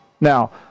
Now